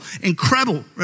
incredible